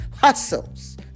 hustles